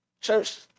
Church